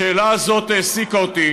השאלה הזאת העסיקה אותי